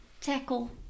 tackle